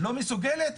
לא מסוגלת?